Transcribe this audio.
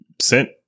sent